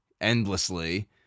endlessly